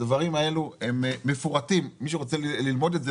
הדברים האלו מפורטים מי שרוצה ללמוד את זה,